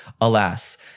Alas